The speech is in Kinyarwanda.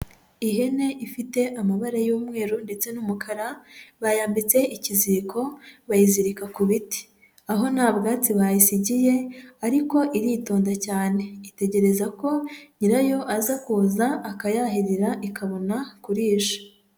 Ihene ifite amabara y'umweru ndetse n'umukara bayambitse ikiziriko bayizirika ku biti, aho nta bwatsi bayisigiye ariko iritonda cyane itegereza ko nyirayo aza kuza akayahirira ikabona kurisha.